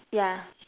ya